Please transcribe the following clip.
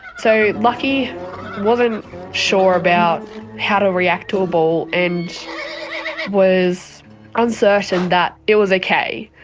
so lucky wasn't sure about how to react to a ball and was uncertain that it was okay.